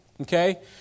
Okay